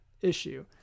issue